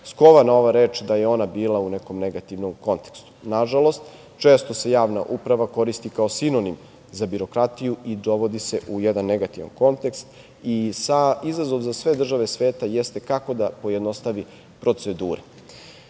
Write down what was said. skovana ova reč da je ona bila u nekom negativnom kontekstu. Nažalost, često se javna uprava koristi kao sinonim za birokratiju i dovodi se u jedan negativan kontekst i izazov za sve države sveta jeste kako da pojednostave procedure. Jedno